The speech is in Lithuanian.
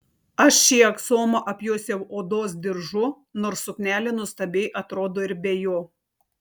aš šį aksomą apjuosiau odos diržu nors suknelė nuostabiai atrodo ir be jo